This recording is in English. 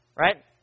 right